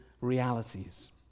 realities